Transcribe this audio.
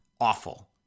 awful